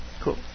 Cool